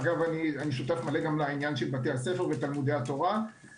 אני שותף מלא לעניין של בתי הספר ותלמודי התורה.